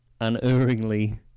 unerringly